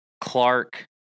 Clark